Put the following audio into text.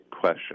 question